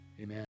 amen